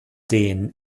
den